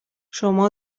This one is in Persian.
شما